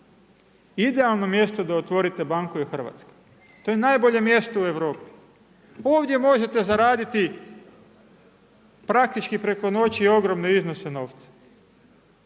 idealno da otvorite banku je Hrvatska. To je najbolje mjesto u Europi. Ovdje možete zaraditi praktički preko noći ogromne iznose novca.